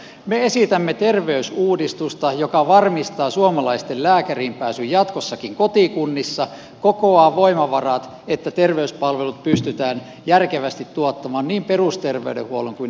me esitämme terveysuudistusta joka varmistaa suomalaisten lääkäriin pääsyn jatkossakin kotikunnissa kokoaa voimavarat että terveyspalvelut pystytään järkevästi tuottamaan niin perusterveydenhuollon kuin erikoissairaanhoidon osalta